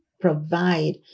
provide